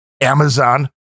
amazon